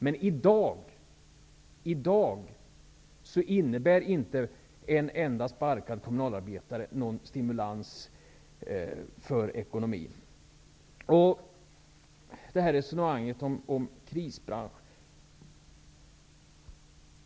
Men i dag innebär inte en enda sparkad kommunalarbetare någon stimulans för ekonomin. Vidare har vi resonemanget om krisbransch.